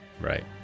Right